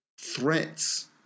threats